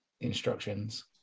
instructions